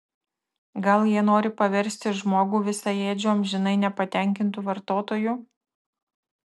gal jie nori paversti žmogų visaėdžiu amžinai nepatenkintu vartotoju